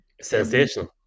Sensational